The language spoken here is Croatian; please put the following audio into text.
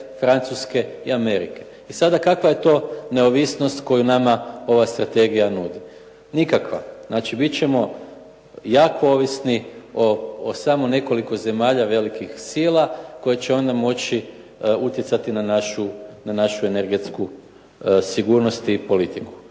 Francuske i Amerike. I sada kakva je to neovisnost koju nama ova strategija nudi? Nikakva. Znači, bit ćemo jako ovisni o samo nekoliko zemalja velikih sila koje će onda moći utjecati na našu energetsku sigurnost i politiku.